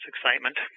excitement